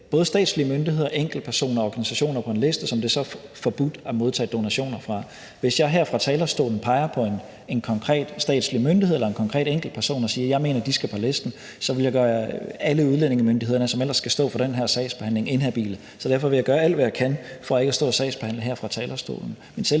både statslige myndigheder, enkeltpersoner og organisationer på en liste, som det så er forbudt at modtage donationer fra. Hvis jeg her fra talerstolen peger på en konkret statslig myndighed eller en konkret enkeltperson og siger, at jeg mener, at de skal på listen, så ville jeg gøre alle udlændingemyndighederne, som ellers skal stå for den her sagsbehandling, inhabile. Derfor vil jeg gøre alt, hvad jeg kan, for ikke at stå og sagsbehandle her fra talerstolen.